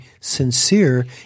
sincere